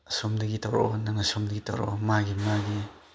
ꯑꯁꯣꯝꯗꯒꯤ ꯇꯧꯔꯛꯑꯣ ꯅꯪꯅ ꯁꯣꯝꯗꯒꯤ ꯇꯧꯔꯛꯑꯣ ꯃꯥꯒꯤ ꯃꯥꯒꯤ